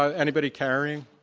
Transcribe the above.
ah anybody carrying?